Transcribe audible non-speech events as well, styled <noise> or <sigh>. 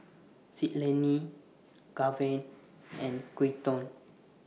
<noise> Citlali Gaven <noise> and Quinton